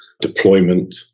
deployment